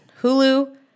Hulu